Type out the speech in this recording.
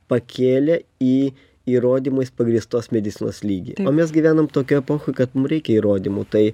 pakėlė į įrodymais pagrįstos medicinos lygį o mes gyvenam tokioj epochoj kad mum reikia įrodymų tai